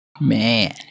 Man